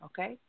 okay